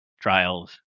trials